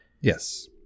Yes